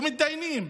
ומתדיינים